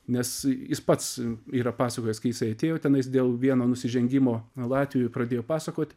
nes jis pats yra pasakojęs kai jisai atėjo tenais dėl vieno nusižengimo latvijoj pradėjo pasakot